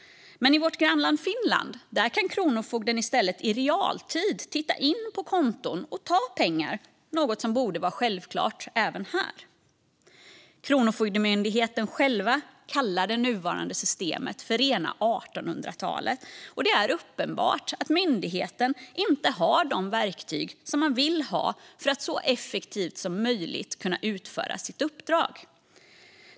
Men i vårt grannland Finland kan kronofogden i stället i realtid titta in på konton och ta pengar, något som borde vara självklart även här. Kronofogdemyndigheten själv kallar det nuvarande systemet för rena 1800-talet, och det är uppenbart att myndigheten inte har de verktyg som man vill ha för att man så effektivt som möjligt ska kunna utföra sitt uppdrag.